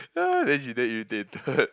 yeah then she damn irritated